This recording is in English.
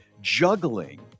juggling